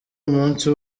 umunsi